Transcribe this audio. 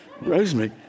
Rosemary